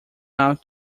out